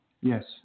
Yes